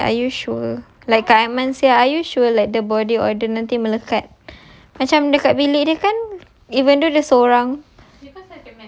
lepas tu I am like are you sure like kak aiman say ah are you sure like the body or nanti dia melekat macam dekat bilik dia kan even though dia seorang